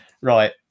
Right